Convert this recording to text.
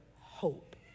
hope